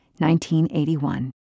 1981